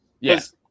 yes